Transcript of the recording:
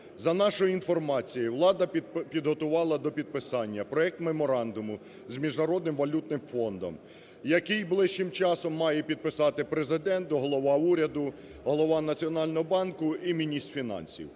За нашою інформацію, влада підготувала до підписання проект меморандуму з Міжнародним валютним фондом, який ближчим часом має підписати Президент, голова уряду, голова Національного банку і міністр фінансів.